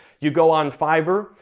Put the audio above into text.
you go on fiverr,